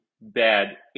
bad